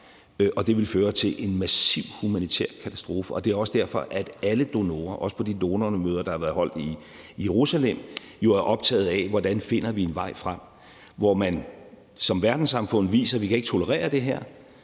Det vil føre til en massiv humanitær katastrofe. Det er også derfor, at alle donorer, også på de donormøder, der har været holdt i Jerusalem, jo er optaget af, hvordan vi finder en vej frem, hvor man som verdenssamfund viser, at vi ikke kan tolerere det her,